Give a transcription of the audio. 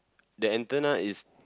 the antenna is